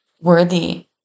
worthy